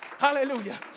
Hallelujah